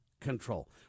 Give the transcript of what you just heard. control